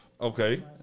Okay